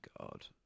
god